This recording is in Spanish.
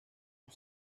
sus